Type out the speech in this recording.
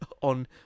on